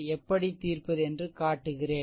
எப்படி தீர்ப்பது என்று காட்டுகிறேன்